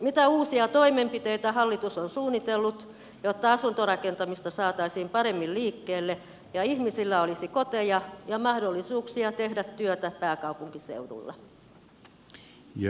mitä uusia toimenpiteitä hallitus on suunnitellut jotta asuntorakentamista saataisiin paremmin liikkeelle ja ihmisillä olisi koteja ja mahdollisuuksia tehdä työtä pääkaupunkiseudulla